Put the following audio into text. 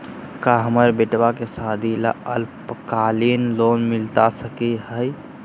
का हमरा बेटी के सादी ला अल्पकालिक लोन मिलता सकली हई?